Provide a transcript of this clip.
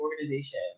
organization